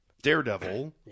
Daredevil